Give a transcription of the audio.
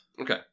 Okay